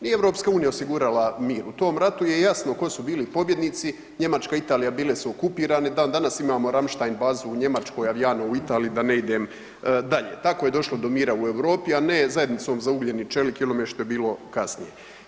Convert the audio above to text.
Nije EU osigurala mir u tom ratu je jasno tko su bili pobjednici Njemačka i Italija bile su okupirane i dan danas imamo Ramstein bazu u Njemačkoj, Aviano u Italiji da ne idem dalje, tako je došlo do mira u Europi, a ne zajednicom za ugljen i čelik ili onome što je bilo kasnije.